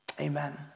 Amen